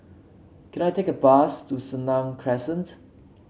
can I take a bus to Senang Crescent